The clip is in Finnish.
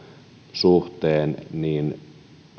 suhteen niin